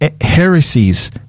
heresies